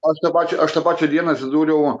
aš tą pačią aš tą pačią dieną atsidūriau